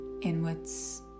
inwards